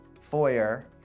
foyer